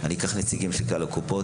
אני אקח נציגים של כלל הקופות,